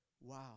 wow